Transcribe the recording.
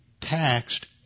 taxed